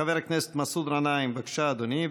חבר הכנסת מסעוד גנאים, בבקשה, אדוני.